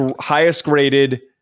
highest-graded